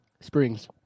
Springs